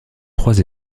trois